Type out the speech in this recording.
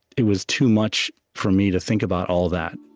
it was too much for me to think about all that.